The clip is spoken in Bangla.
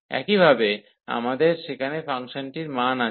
একই রকম ভাবে আমাদের সেখানে ফাংশনটির মান আছে